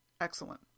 excellent